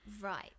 Right